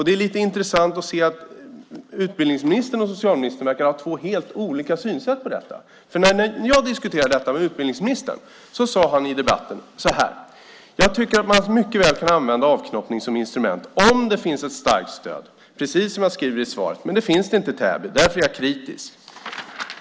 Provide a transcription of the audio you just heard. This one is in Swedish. Det är intressant att se att utbildningsministern och socialministern verkar ha två helt olika synsätt på detta. När jag diskuterade detta med utbildningsministern sade han att han tyckte att man mycket väl kan använda avknoppning som instrument om det finns ett starkt stöd, precis som han sade i svaret. Men det fanns inte i Täby. Därför var han kritisk.